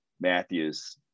matthews